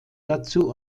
dazu